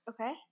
Okay